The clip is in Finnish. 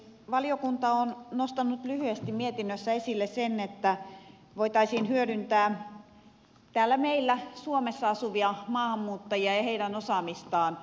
valiokunta on nostanut lyhyesti mietinnössä esille sen että voitaisiin hyödyntää täällä meillä suomessa asuvia maahanmuuttajia ja heidän osaamistaan kehitysyhteistyössä